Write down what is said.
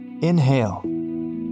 Inhale